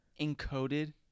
encoded